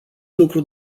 lucru